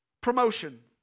Promotion